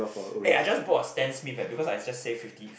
eh I just bought Stan Smith eh because I just saved fifty